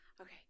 Okay